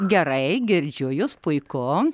gerai girdžiu jus puiku